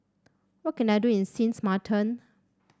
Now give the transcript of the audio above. what can I do in Sins Maarten